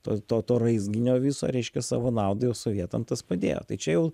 to to to raizginio viso reiškia savo naudai o sovietam tas padėjo tai čia jau